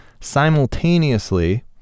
Simultaneously